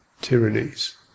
tyrannies